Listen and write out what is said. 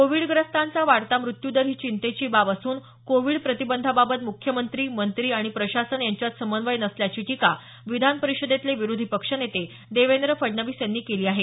कोविडग्रस्तांचा वाढता मृत्यूदर ही चिंतेची बाब असून कोविड प्रतिबंधाबाबत मुख्यमंत्री मंत्री आणि प्रशासन यांच्यात समन्वय नसल्याची टीका विधान सभेतले विरोधी पक्षनेते देवेंद्र फडणवीस यांनी केली आहे